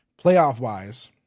Playoff-wise